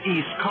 East